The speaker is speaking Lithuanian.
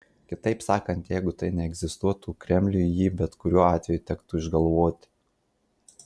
kitaip sakant jeigu tai neegzistuotų kremliui jį bet kurio atveju tektų išgalvoti